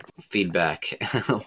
feedback